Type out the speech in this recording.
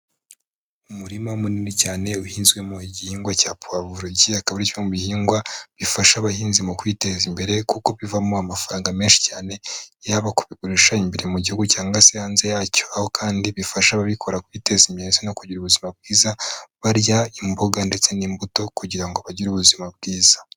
Umurima munini cyane uhinzwemo igihingwa cya puwavuro, iki akaba kimwe mu bihingwa bifasha abahinzi mu kwiteza imbere, kuko bivamo amafaranga menshi cyane yaba kubigurisha imbere mu gihugu cyangwa se hanze yacyo, aho kandi bifasha ababikora kwiteza imbere no kugira ubuzima bwiza, barya imboga ndetse n'imbuto kugira ngo bagire ubuzima bwiza.